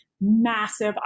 massive